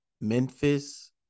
Memphis